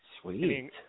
Sweet